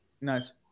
Nice